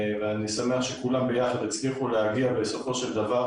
ואני שמח שכולם ביחד הצליחו להגיע בסופו של דבר